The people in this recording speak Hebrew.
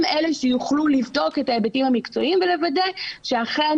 הם אלה שיוכלו לבדוק את ההיבטים המקצועיים ולוודא שאכן